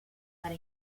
para